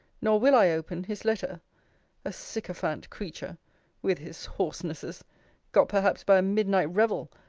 nor will i open, his letter a sycophant creature with his hoarsenesses got perhaps by a midnight revel,